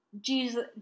Jesus